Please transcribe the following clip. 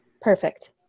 Perfect